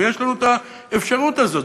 ויש לנו את האפשרות הזאת,